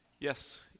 Yes